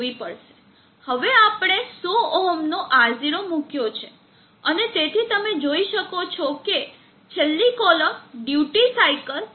હવે આપણે 100 ohms નો R0 મુક્યો છે અને તેથી તમે જોઈ શકો છો કે છેલ્લી કોલમ ડ્યુટી સાઇકલ 0